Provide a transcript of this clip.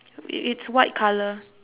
it it's white colour